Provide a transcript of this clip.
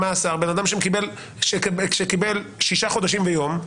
במאסר בן אדם שקיבל שישה חודשים ויום,